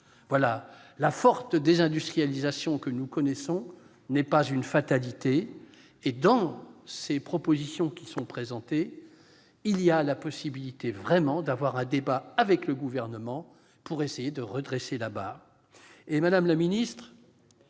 charme. La forte désindustrialisation que nous connaissons n'est pas une fatalité. Les propositions que nous présentons nous offrent la possibilité d'avoir un débat avec le Gouvernement, pour essayer de redresser la barre.